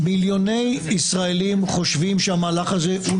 כל עוד זה הליך שנמצא וזה מה שקורה,